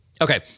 Okay